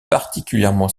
particulièrement